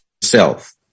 self